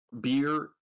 Beer